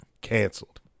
canceled